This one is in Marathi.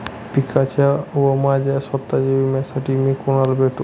पिकाच्या व माझ्या स्वत:च्या विम्यासाठी मी कुणाला भेटू?